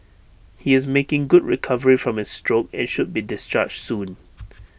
he is making good recovery from his stroke and should be discharged soon